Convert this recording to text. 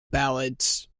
ballads